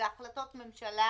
זה החלטות ממשלה,